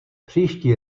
příští